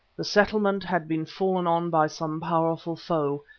the settlement had been fallen on by some powerful foe,